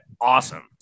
awesome